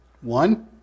One